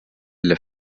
для